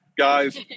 Guys